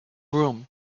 groom